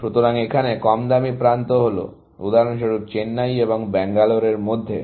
সুতরাং এখানে কমদামী প্রান্ত হল উদাহরণস্বরূপ চেন্নাই এবং ব্যাঙ্গালোরের মধ্যে